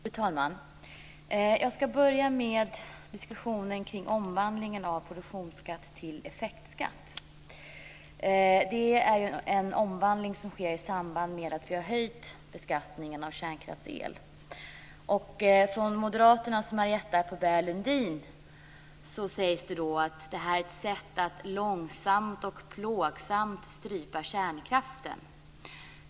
Fru talman! Jag ska börja med diskussionen kring omvandlingen av produktionsskatt till effektskatt. Det är ju en omvandling som sker i samband med att vi har höjt beskattningen av kärnkraftsel. Från Moderaternas Marietta de Pourbaix-Lundin sägs att det här är ett sätt att långsamt och plågsamt strypa kärnkraften.